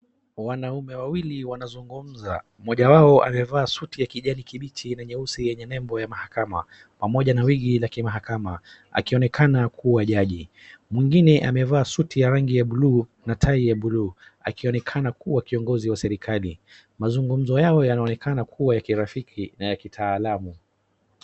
Wanaume wawili wanazungumza. Mmoja wao amevaa suti ya kijani kimbichi na nyeusi yenye nembo ya mahakama pamoja na wigi la kimahakama, akionekana kuwa jaji. Mwingine amevaa suti ya rangi ya bluu natai ya bluu akionekana kuwa kiongozi wa serikali. Mazungumzo yao yanaonekana kuwa ya kirafiki na ya kitaalamu.